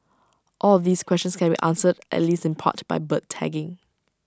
all of these questions can be answered at least in part by bird tagging